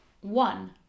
one